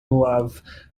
mwyaf